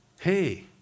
hey